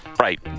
Right